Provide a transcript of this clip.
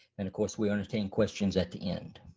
and of course we understand questions at the end.